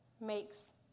makes